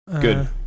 Good